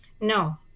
no